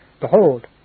behold